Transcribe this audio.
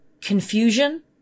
confusion